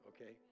Okay